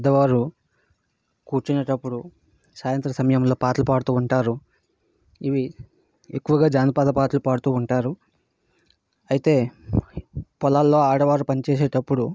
పెద్ద వారు కూర్చునేటప్పుడు సాయంత్ర సమయంలో పాట్లు పాడుతూ ఉంటారు ఇవి ఎక్కువుగా జానపద పాటలు పాడుతూ ఉంటారు అయితే పొలాల్లో ఆడవారు పని చేసేటప్పుడు